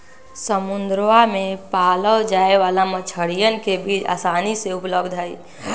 समुद्रवा में पाल्ल जाये वाला मछलीयन के बीज आसानी से उपलब्ध हई